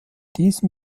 diesem